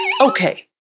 Okay